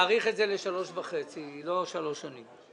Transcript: אז להאריך את זה לשלוש וחצי, לא שלוש שנים.